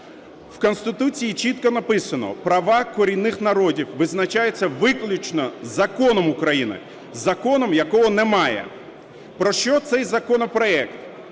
В Конституції чітко написано: "права корінних народів визначаються виключно Законом України", – законом, якого немає. Про що цей законопроект?